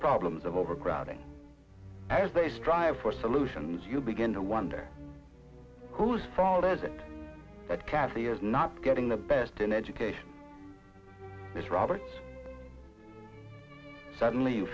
problems of overcrowding as they strive for solutions you begin to wonder whose fault is it that cathy is not getting the best in education this robert suddenly you